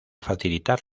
facilitar